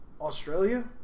Australia